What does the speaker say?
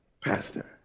pastor